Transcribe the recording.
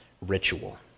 ritual